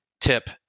tip